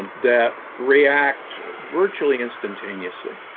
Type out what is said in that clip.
um that react virtually instantaneously.